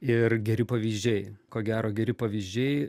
ir geri pavyzdžiai ko gero geri pavyzdžiai